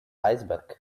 iceberg